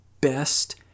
best